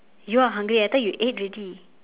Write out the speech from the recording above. you are hungry I thought you ate already